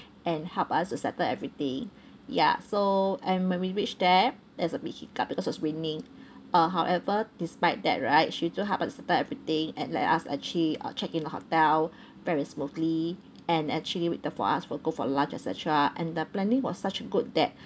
and helped us to settle everything ya so and when we reached there there was a big hiccup because it was raining uh however despite that right she still helped us to settle everything and let us actually uh check in the hotel very smoothly and actually waited for us for go for lunch et cetera and the planning was such good that